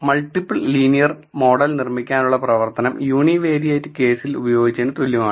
multiple linear model നിർമ്മിക്കാനുള്ള പ്രവർത്തനം univariate ഏകീകൃത കേസിൽ ഉപയോഗിച്ചതിന് തുല്യമാണ്